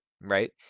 right